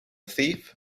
thief